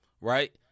right